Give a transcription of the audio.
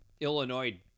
Illinois